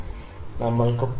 3 സ്വീകാര്യമാണ് 0